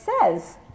says